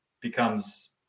becomes